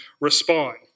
respond